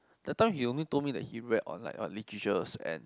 that time he only told me that he read or like what literature and